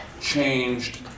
changed